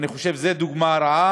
ואני חושב שזו דוגמה רעה